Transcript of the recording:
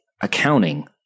accounting